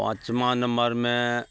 पाँचमाँ नम्मरमे